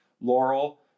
Laurel